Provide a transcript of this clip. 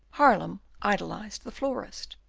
haarlem idolised the florist.